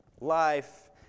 life